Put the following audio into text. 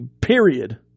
period